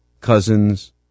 cousins